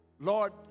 Lord